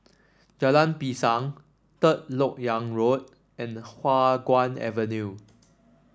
Jalan Pisang Third LoK Yang Road and Hua Guan Avenue